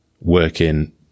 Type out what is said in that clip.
working